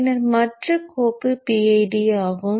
பின்னர் மற்ற கோப்பு PID ஆகும்